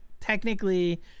Technically